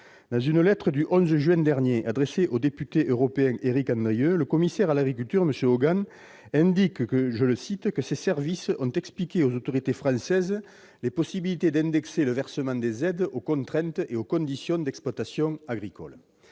Dans une lettre en date du 11 juin dernier adressée au député européen Éric Andrieu, le commissaire européen à l'agriculture, M. Hogan, indique que « ses services ont expliqué aux autorités françaises les possibilités d'indexer le versement des aides aux contraintes et aux conditions d'exploitation agricole